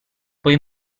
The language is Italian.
poi